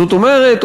זאת אומרת,